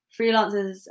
freelancers